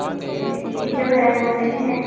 okay TV जो है सही है